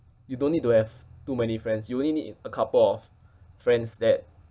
you don't need to have too many friends you only need a couple of friends that